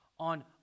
on